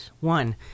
One